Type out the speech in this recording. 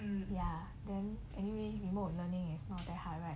um ya then anyway remote learning is not that high right